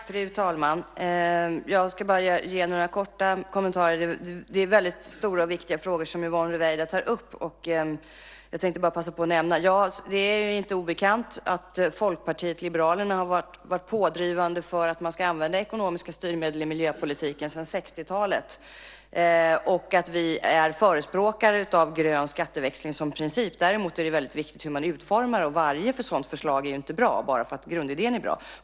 Fru talman! Jag ska bara göra några korta kommentarer. Det är väldigt stora och viktiga frågor som Yvonne Ruwaida tar upp. Jag tänkte passa på att nämna att det inte är obekant att Folkpartiet liberalerna har varit pådrivande för att man ska använda ekonomiska styrmedel i miljöpolitiken sedan 60-talet och att vi är förespråkare av grön skatteväxling som princip. Däremot är det väldigt viktigt hur man utformar den, och varje sådant förslag är ju inte bra bara för att grundidén är bra.